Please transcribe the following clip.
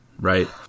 Right